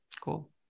cool